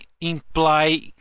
imply